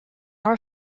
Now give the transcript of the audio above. our